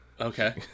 okay